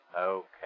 Okay